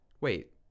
Wait